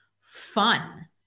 fun